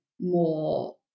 more